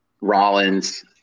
Rollins